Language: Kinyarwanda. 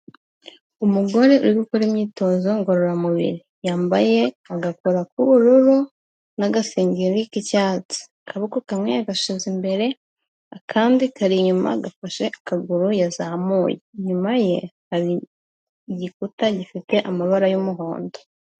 Umugore uri gukora imyitozo ngororamubiri, yambaye agakora k'ubururu n'agasengeri k'icyatsi, akaboko kamwe yagashyize imbere akandi kari inyuma gafashe akaguru yazamuye, inyuma ye hari igikuta gifite amabara y'umuhondo.